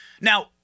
Now